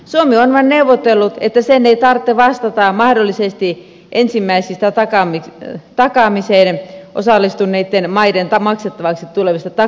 suomi on vain neuvotellut että sen ei tarvitse vastata mahdollisesti ensimmäisistä takaamiseen osallistuneitten maiden maksettaviksi tulevista takuusummista